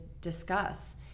discuss